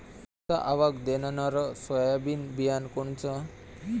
जास्त आवक देणनरं सोयाबीन बियानं कोनचं?